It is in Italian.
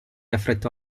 affrettò